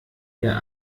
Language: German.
der